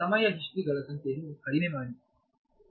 ಸಮಯ ಹಿಸ್ಟರಿಗಳ ಸಂಖ್ಯೆಯನ್ನು ಕಡಿಮೆ ಮಾಡಿ